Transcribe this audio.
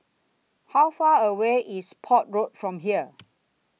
How Far away IS Port Road from here